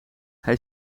hij